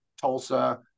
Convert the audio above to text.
Tulsa